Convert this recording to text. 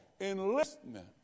enlistment